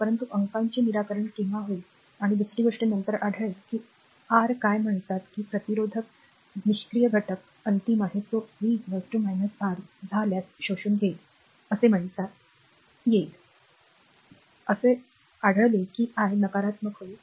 परंतु अंकाचे निराकरण केव्हा होईल आणि दुसरी गोष्ट नंतर आढळेल की आर काय म्हणतात की प्रतिरोधक निष्क्रीय घटक अंतिम आहे तो v R झाल्यास शोषून घेईल असे मला आढळेल की मी नकारात्मक होईल